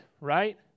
right